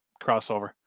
crossover